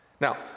Now